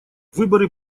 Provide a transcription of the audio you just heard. выборы